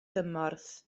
gymorth